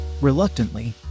Reluctantly